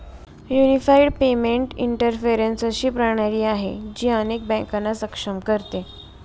unified payment interface अशी प्रणाली आहे, जी अनेक बँकांना सक्षम करते